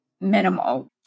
minimal